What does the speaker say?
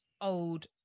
old